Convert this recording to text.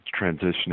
transitioning